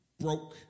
broke